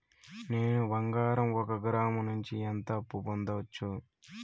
నేను బంగారం ఒక గ్రాము నుంచి ఎంత అప్పు పొందొచ్చు